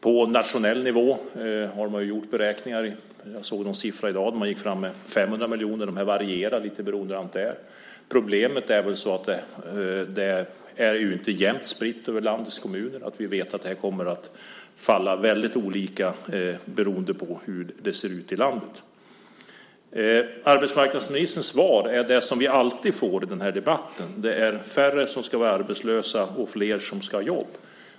På nationell nivå har man gjort beräkningar. Jag såg en siffra i dag. Man gick fram med 500 miljoner. Det varierar lite beroende på hurdant det är. Problemet är väl att detta inte är jämnt spritt över landets kommuner. Vi vet att det här kommer att falla ut väldigt olika beroende på hur det ser ut i landet. Arbetsmarknadsministerns svar är det som vi alltid får i den här debatten. Det är färre som ska vara arbetslösa och flera som ska ha jobb.